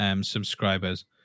subscribers